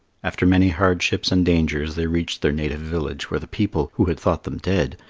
after many hardships and dangers they reached their native village where the people, who had thought them dead,